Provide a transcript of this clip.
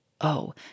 Oh